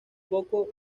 poco